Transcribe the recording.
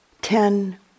ten